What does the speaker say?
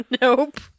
nope